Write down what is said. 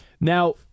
Now-